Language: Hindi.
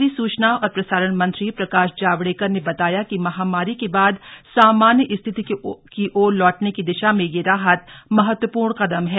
केन्द्रीय सूचना और प्रसारण मंत्री प्रकाश जावड़ेकर ने बताया कि महामारी के बाद सामान्य स्थिति की ओर लौटने की दिशा में यह राहत महत्वपूर्ण कदम है